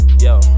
Yo